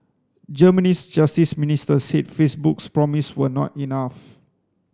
Germany's justice minister said Facebook's promise were not enough